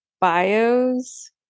bios